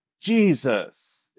Jesus